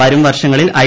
വരുംവർഷങ്ങളിൽ I